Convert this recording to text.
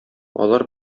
алар